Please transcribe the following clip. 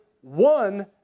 One